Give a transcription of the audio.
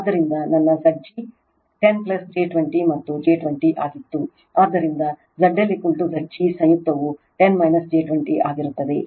ಆದ್ದರಿಂದ ನನ್ನZg 10 j 20 ಮತ್ತು j 20 ಆಗಿತ್ತು ಆದ್ದರಿಂದ ZLZg ಸಂಯುಕ್ತವು 10 j 20 ಆಗಿರುತ್ತದೆ